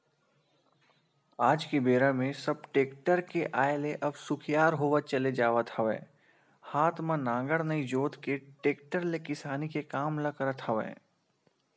आज के बेरा म सब टेक्टर के आय ले अब सुखियार होवत चले जावत हवय हात म नांगर नइ जोंत के टेक्टर ले किसानी के काम ल करत हवय